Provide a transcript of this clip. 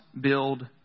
build